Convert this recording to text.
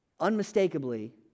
Unmistakably